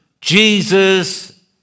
Jesus